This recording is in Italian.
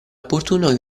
opportuno